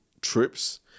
trips